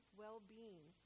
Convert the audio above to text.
well-being